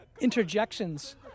interjections